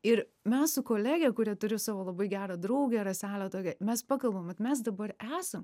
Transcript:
ir mes su kolege kurią turiu savo labai gerą draugę raselę tokią mes pakalbame vat mes dabar esam